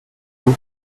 vous